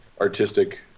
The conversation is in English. artistic